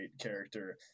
character